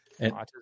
Autism